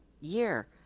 year